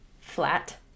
flat